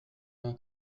vin